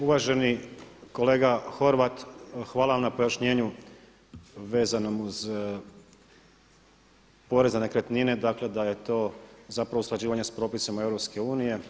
Uvaženi kolega Horvat, hvala vam na pojašnjenju vezanom uz poreza na nekretnine, dakle da je to zapravo usklađivanje s propisima Europske unije.